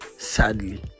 Sadly